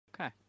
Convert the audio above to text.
okay